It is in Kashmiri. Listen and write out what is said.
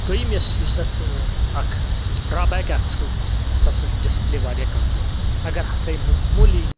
دویِم یس یُس یتھ اکھ ڈرابیک اکھ چھُ یتھ ہسا چھُ ڈسپٕلے واریاہ کمزور اگر ہسا یہِ مہمولی